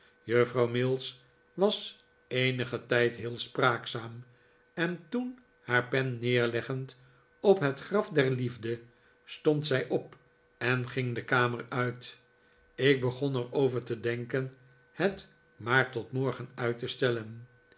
juffrouw mills was eenigen tijd heel spraakzaam en toen haar pen neerleggend op het graf der liefde stond zij op en ging de kamer uit ik begon er over te denken het maar tot morgen uit te stellen